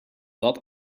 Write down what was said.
dat